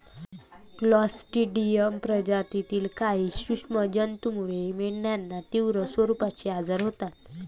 Clostridium प्रजातीतील काही सूक्ष्म जंतूमुळे मेंढ्यांना तीव्र स्वरूपाचे आजार होतात